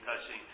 touching